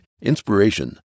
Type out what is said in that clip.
inspiration